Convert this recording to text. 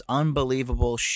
unbelievable